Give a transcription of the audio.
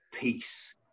peace